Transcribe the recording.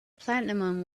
platinum